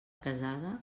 casada